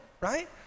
right